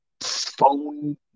phone